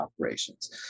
operations